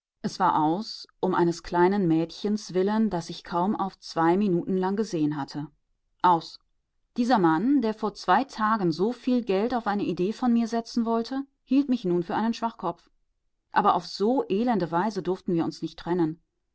es war aus um eines kleinen mädchens willen das ich kaum auf zwei minuten lang gesehen hatte aus dieser mann der vor zwei tagen so viel geld auf eine idee von mir setzen wollte hielt mich nun für einen schwachkopf aber auf so elende weise durften wir uns nicht trennen